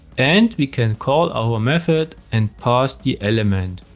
and we can call our method and pass the element.